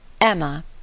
Emma